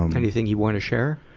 um anything you wanna share?